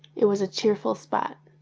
it was a cheerful spot,